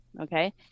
okay